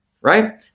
right